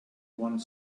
one